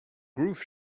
groove